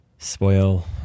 Spoil